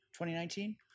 2019